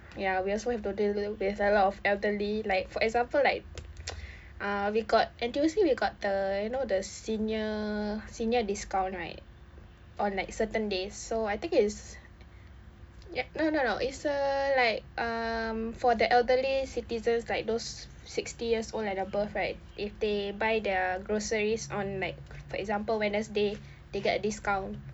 ya we also have to deal with a lot of elderly like for example like ah we got N_T_U_C we got the you know the senior senior discount right on like certain days so I think it's ya no no no it's uh like uh for the elderly citizens like those sixty years old and above right if they buy their groceries on like for example wednesday they get a discount